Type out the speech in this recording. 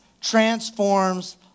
transforms